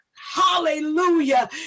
hallelujah